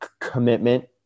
commitment